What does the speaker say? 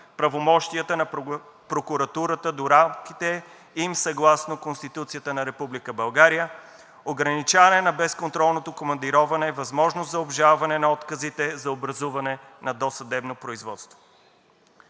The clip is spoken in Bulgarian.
правомощията на прокуратурата до рамките им съгласно Конституцията на Република България, ограничаване на безконтролното командироване, възможност за обжалване на отказите за образуване на досъдебно производство.